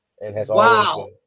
Wow